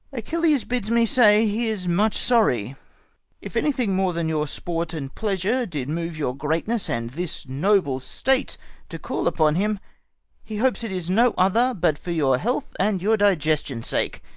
achilles bids me say he is much sorry if any thing more than your sport and pleasure did move your greatness and this noble state to call upon him he hopes it is no other but for your health and your digestion sake,